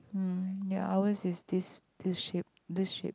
mm ya ours is this this shape this shape